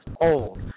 old